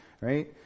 Right